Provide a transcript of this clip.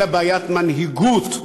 אלא בעיית מנהיגות.